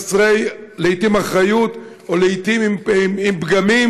לעתים חסרי אחריות או לעתים עם פגמים,